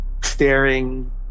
staring